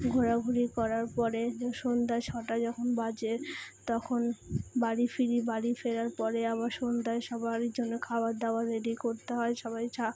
ঘোরাঘুরি করার পরে সন্ধ্যা ছটা যখন বাজে তখন বাড়ি ফিরি বাড়ি ফেরার পরে আবার সন্দ্যায় সবারই জন্য খাওয়ার দাওয়ার রেডি করতে হয় সবাই চা